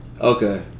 okay